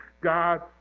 God